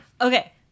okay